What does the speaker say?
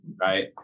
right